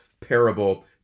parable